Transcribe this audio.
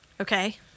Okay